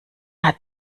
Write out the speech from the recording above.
hat